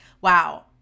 Wow